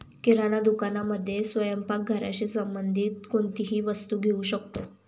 किराणा दुकानामध्ये स्वयंपाक घराशी संबंधित कोणतीही वस्तू घेऊ शकतो